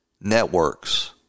networks